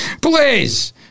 please